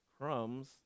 crumbs